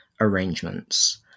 arrangements